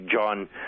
John